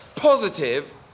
Positive